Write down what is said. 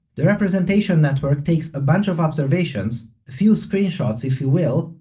the representation network takes a bunch of observations, a few screenshots if you will,